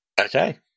Okay